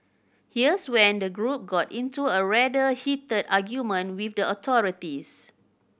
here's when the group got into a rather heated argument with the authorities